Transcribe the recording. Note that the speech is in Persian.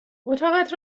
اتاقت